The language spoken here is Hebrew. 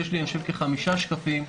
יש לי כחמישה שקפים,